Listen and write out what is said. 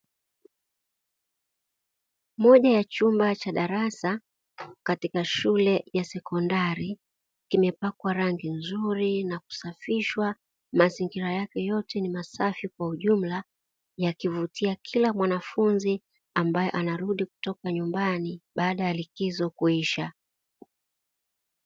Moja ya chumba cha darasa katika shule ya sekondari, kimepakwa rangi nzuri na kusafishwa mazingira yake yote ni masafi kwa ujumla, yakivutia kila mwanafunzi ambaye anarudi kutoka nyumbani, baada ya likizo kuisha.